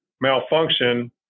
malfunction